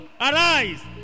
Arise